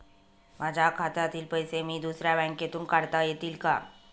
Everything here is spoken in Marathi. माझ्या खात्यातील पैसे मी दुसऱ्या बँकेतून काढता येतील का?